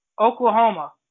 Oklahoma